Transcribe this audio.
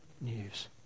news